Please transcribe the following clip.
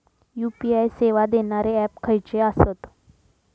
UPI सेवा देणारे app खयचे आसत?